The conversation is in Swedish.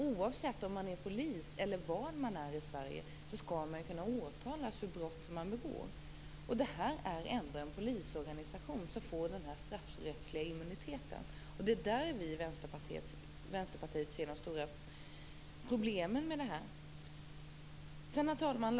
Oavsett om man är polis eller vad man nu är i Sverige skall man kunna åtalas för brott som man begår. Det är ändå en polisorganisation som får denna straffrättsliga immunitet. Det är där som vi i Vänsterpartiet ser de stora problemen. Herr talman!